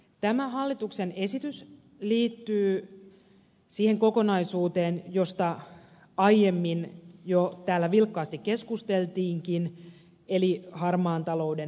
tämä hallituksen esitys liittyy siihen kokonaisuuteen josta aiemmin jo täällä vilkkaasti keskusteltiinkin eli harmaan talouden torjuntaan